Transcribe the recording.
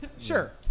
Sure